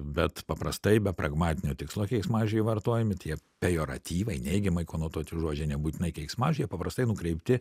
bet paprastai be pragmatinio tikslo keiksmažodžiai vartojami tie pejoratyviai neigiamai konotuoti žodžiai nebūtinai keiksmažodžiai jie paprastai nukreipti